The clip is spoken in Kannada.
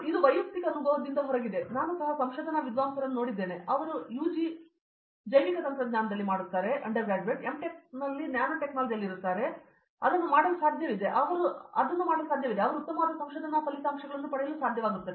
ಇದು ವೈಯಕ್ತಿಕ ಅನುಭವದಿಂದ ಹೊರಗಿದೆ ಮತ್ತು ನಾನು ಸಹ ಸಂಶೋಧನಾ ವಿದ್ವಾಂಸರನ್ನು ನೋಡಿದ್ದೇನೆ ಅವರು ಯುಜಿ ಜೈವಿಕ ತಂತ್ರಜ್ಞಾನದಲ್ಲಿ ಎಂ ಟೆಕ್ನಲ್ಲಿ ನ್ಯಾನೊಟೆಕ್ನಲ್ಲಿದ್ದರೆ ಅವರು ಇನ್ನೂ ಅದನ್ನು ಮಾಡಲು ಸಾಧ್ಯವಿದೆ ಮತ್ತು ಇನ್ನೂ ಅವರು ಉತ್ತಮವಾದ ಸಂಶೋಧನಾ ಫಲಿತಾಂಶಗಳನ್ನು ಪಡೆಯಲು ಸಾಧ್ಯವಾಗುತ್ತದೆ